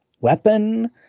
weapon